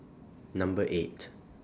Number eight